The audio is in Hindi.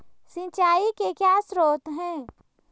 सिंचाई के क्या स्रोत हैं?